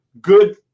good